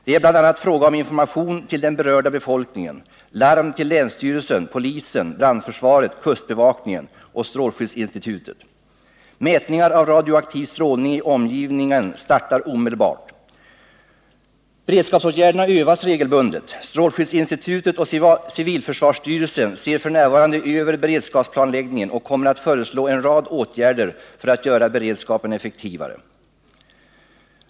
Det är bl.a. fråga om information till den berörda befolkningen, larm till länsstyrelsen, polisen, brandförsvaret, kustbevakningen och strålskyddsinstitutet. Mätningar av radioaktiv strålning i omgivningen startar omedelbart. Beredskapsåtgärderna övas regelbundet. Strålskyddsinstitutet och civilförsvarsstyrelsen ser f. n. över beredskapsplanläggningen och kommer att föreslå en rad åtgärder för att göra beredskapen effektivare.